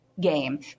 game